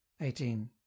eighteen